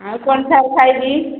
ଆଉ କ'ଣ ଶାଗ ଖାଇବି